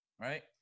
right